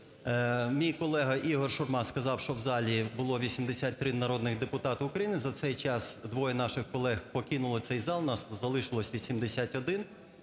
мій колега Ігор Шурма сказав, що в залі було 83 народних депутати України, за цей час двоє наших колег покинуло цей зал, нас залишилось 81.